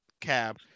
cab